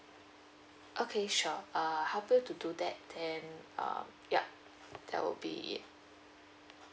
okay sure I'll help you to do that then um yup that will be it